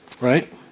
right